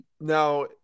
Now